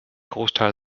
großteil